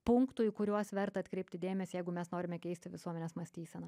punktų į kuriuos verta atkreipti dėmesį jeigu mes norime keisti visuomenės mąstyseną